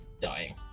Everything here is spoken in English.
dying